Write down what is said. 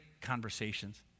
conversations